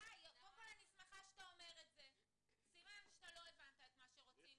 אני שמחה שאתה אומר את זה כי זה מראה שלא הבנת מה שרוצים.